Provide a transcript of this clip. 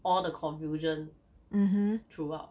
all the confusion throughout